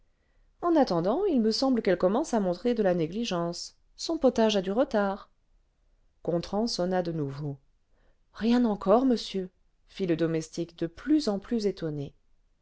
en attendant il me semble qu'elle commence à montrer de l'a négligence son potage a du retard gontran sonna de nouveau rien encore monsieur fit le domestique de plus en plus étouné